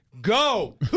Go